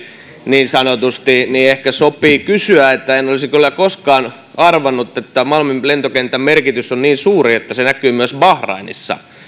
niin sanotusti niin ehkä sopii todeta että en olisi kyllä koskaan arvannut että malmin lentokentän merkitys on niin suuri että se näkyy myös bahrainissa